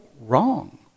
wrong